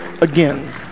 again